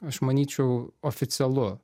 aš manyčiau oficialu